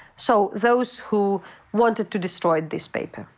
so those who wanted to destroy this paper.